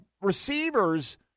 receivers –